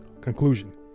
Conclusion